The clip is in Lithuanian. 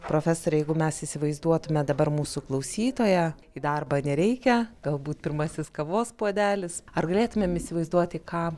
profesore jeigu mes įsivaizduotume dabar mūsų klausytoją į darbą nereikia galbūt pirmasis kavos puodelis ar galėtumėm įsivaizduoti ką